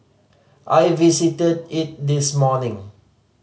I visited it this morning